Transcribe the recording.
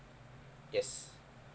yes